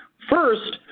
first,